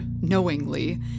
knowingly